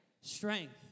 strength